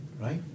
right